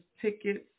tickets